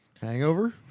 hangover